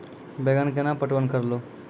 बैंगन केना पटवन करऽ लो?